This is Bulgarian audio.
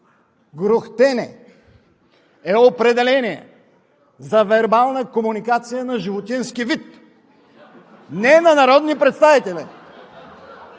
„Грухтене“ е определение за вербална комуникация на животински вид, не на народни представители.